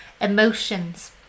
Emotions